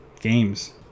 games